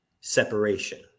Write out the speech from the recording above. separation